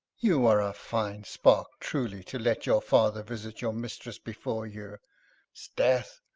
you are a fine spark truly to let your father visit your mistress before you sdeath!